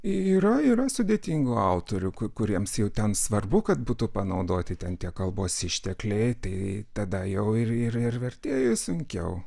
yra yra sudėtingų autorių ku kuriems jau ten svarbu kad būtų panaudoti ten tie kalbos ištekliai tai tada jau ir ir vertėjui sunkiau